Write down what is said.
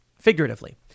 Figuratively